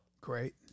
Great